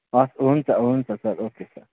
हवस् हुन्छ हुन्छ सर ओके सर